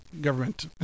government